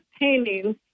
paintings